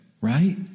Right